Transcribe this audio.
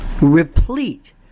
replete